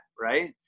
right